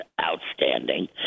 outstanding